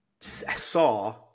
saw